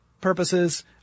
purposes